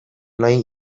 nahi